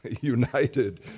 united